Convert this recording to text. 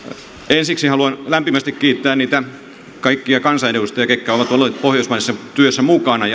ensiksi haluan lämpimästi kiittää niitä kaikkia kansanedustajia ketkä ovat olleet pohjoismaisessa työssä mukana